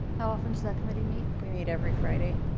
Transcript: how often is that committee meet? we meet every friday.